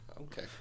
Okay